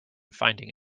finding